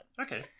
Okay